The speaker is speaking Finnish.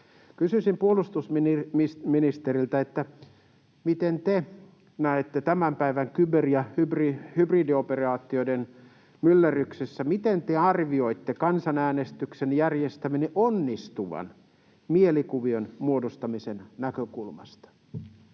Kysyisin puolustusministeriltä: miten te näette ja arvioitte tämän päivän kyber- ja hybridioperaatioiden myllerryksessä kansanäänestyksen järjestämisen onnistuvan mielikuvien muodostamisen näkökulmasta?